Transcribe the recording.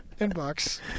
inbox